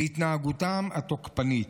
את רצועת עזה ומתקשות להתמודד עם התופעה בשטחן,